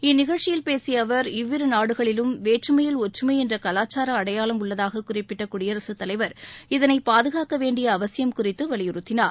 இந்நிகழ்ச்சியில் பேசிய அவர் இவ்விரு நாடுகளிலும் வேற்றுமையில் ஒற்றுமை என்ற கலாச்சார அடையாளம் உள்ளதாக குறிப்பிட்ட குடியரகத்தலைவர் இதனை பாதுகாக்க வேண்டிய அவசியம் குறித்து வலியுறத்தினார்